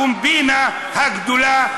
הקומבינה הגדולה,